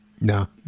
No